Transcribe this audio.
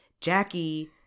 Jackie